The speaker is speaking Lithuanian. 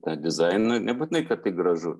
tą dizainą nebūtinai kad tai gražu